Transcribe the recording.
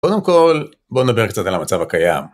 קודם כל, בוא נדבר קצת על המצב הקיים